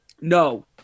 no